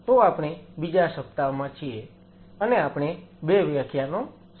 તો આપણે બીજા સપ્તાહમાં છીએ અને આપણે 2 વ્યાખ્યાનો સમાપ્ત કર્યા છે